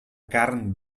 carn